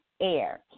air